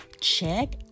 check